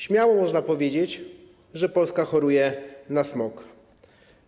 Śmiało można powiedzieć, że Polska choruje na smog.